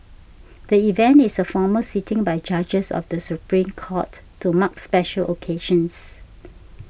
the event is a formal sitting by judges of the Supreme Court to mark special occasions